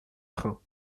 train